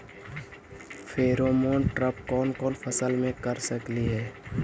Pheromone trap कोन कोन फसल मे कर सकली हे?